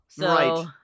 Right